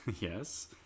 Yes